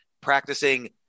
practicing